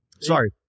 sorry